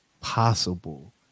possible